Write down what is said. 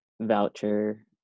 voucher